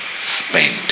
spent